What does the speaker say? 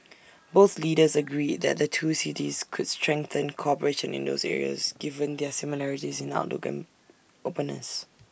both leaders agreed that the two cities could strengthen cooperation in those areas given their similarities in outlook and openness